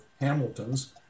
Hamilton's